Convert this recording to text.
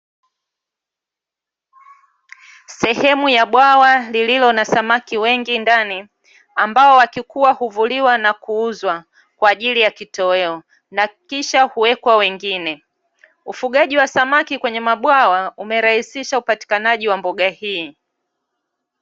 Sehemu ya bwawa lililo na samaki wengi ndani, ambao wakikua huvuliwa na kuuzwa kwaajili ya kitoweo na kisha huwekwa wengine. Ufugaji wa samaki kwenye mabwawa umerahisisha upatikanaji wa mboga hii.